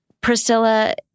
priscilla